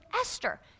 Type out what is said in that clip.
Esther